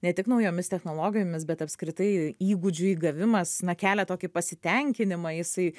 ne tik naujomis technologijomis bet apskritai įgūdžių įgavimas na kelia tokį pasitenkinimą jisai